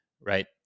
Right